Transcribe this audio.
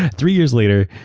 ah three years later,